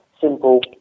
simple